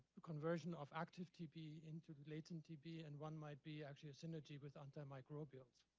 conversion of active tb into latent tb. and one might be actually a synergy with antimicrobials.